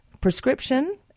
prescription